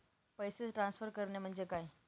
पैसे ट्रान्सफर करणे म्हणजे काय?